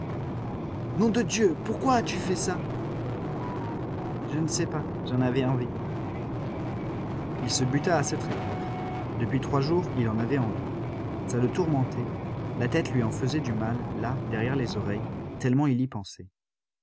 nom de dieu pourquoi as-tu fait ça je ne sais pas j'en avais envie il se buta à cette réponse depuis trois jours il en avait envie ça le tourmentait la tête lui en faisait du mal là derrière les oreilles tellement il y pensait